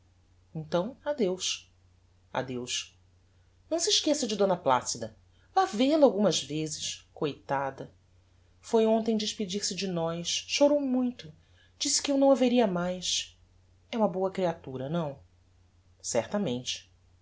impossível então adeus adeus não se esqueça de d placida vá vel-a algumas vezes coitada foi hontem despedir-se de nós chorou muito disse que eu não a veria mais é uma boa creatura não certamente